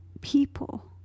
people